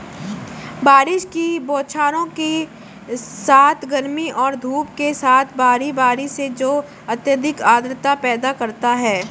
बारिश की बौछारों के साथ गर्मी और धूप के साथ बारी बारी से जो अत्यधिक आर्द्रता पैदा करता है